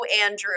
Andrew